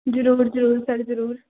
ਜ਼ਰੂਰ ਜ਼ਰੂਰ ਸਰ ਜ਼ਰੂਰ